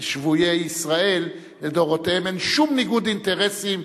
אין נמנעים.